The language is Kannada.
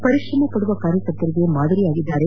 ಪರಿಶ್ರಮ ಪಡುವ ಕಾರ್ಯಕರ್ತರಿಗೆ ಮಾದರಿಯಾಗಿದ್ದಾರೆ